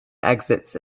exits